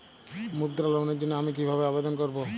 মুদ্রা লোনের জন্য আমি কিভাবে আবেদন করবো?